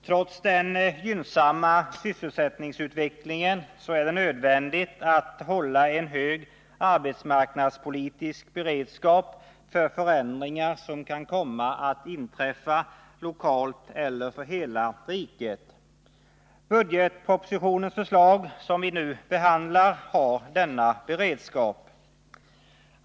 Trots den gynnsamma sysselsättningsutvecklingen är det nödvändigt att hålla en hög arbetsmarknadspolitisk beredskap för förändringar som kan komma att inträffa lokalt eller för hela riket. Budgetpropositionens förslag som vi nu behandlar har denna beredskap.